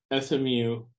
SMU